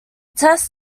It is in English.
test